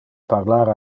parlar